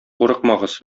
курыкмагыз